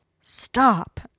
stop